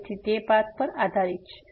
તેથી તે પાથ પર આધારીત છે